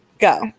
Go